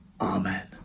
Amen